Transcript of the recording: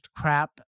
crap